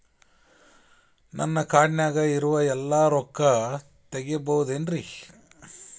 ನನ್ನ ಕಾರ್ಡಿನಾಗ ಇರುವ ಎಲ್ಲಾ ರೊಕ್ಕ ತೆಗೆಯಬಹುದು ಏನ್ರಿ?